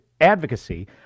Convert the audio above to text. advocacy